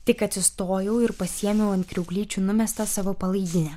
tik atsistojau ir pasiėmiau ant kriauklyčių numestą savo palaidinę